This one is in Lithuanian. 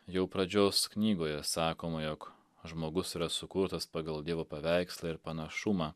jau pradžios knygoje sakoma jog žmogus yra sukurtas pagal dievo paveikslą ir panašumą